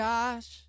Josh